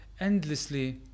endlessly